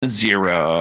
zero